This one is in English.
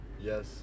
Yes